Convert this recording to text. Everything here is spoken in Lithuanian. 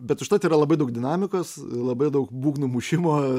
bet užtat yra labai daug dinamikos labai daug būgnų mušimo